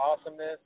awesomeness